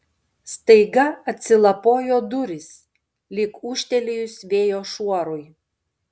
staiga atsilapojo durys lyg ūžtelėjus vėjo šuorui